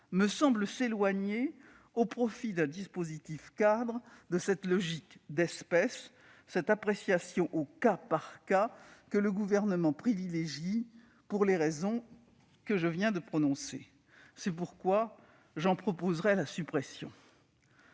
me semble nous éloigner, au profit d'un dispositif-cadre, de cette logique « d'espèce », cette appréciation au cas par cas que le Gouvernement privilégie pour les raisons que je viens d'évoquer. C'est pourquoi j'en proposerai la suppression.